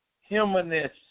humanness